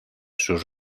sus